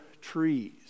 trees